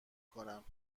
کنم